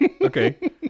okay